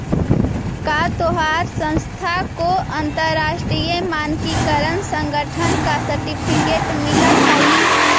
का तोहार संस्था को अंतरराष्ट्रीय मानकीकरण संगठन का सर्टिफिकेट मिलल हई